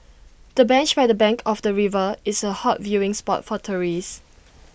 the bench by the bank of the river is A hot viewing spot for tourists